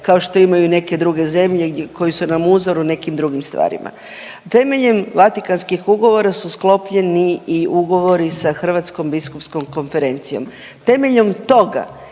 kao što imaju neke druge zemlje koje su nam uzor u nekim drugim stvarima. Temeljem Vatikanskih ugovora su sklopljeni i ugovori sa Hrvatskom biskupskom konferencijom, temeljem toga